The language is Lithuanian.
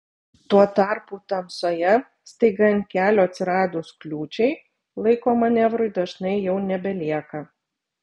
tuo tarpu tamsoje staiga ant kelio atsiradus kliūčiai laiko manevrui dažnai jau nebelieka